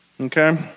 Okay